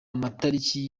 amatariki